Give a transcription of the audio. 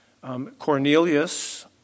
Cornelius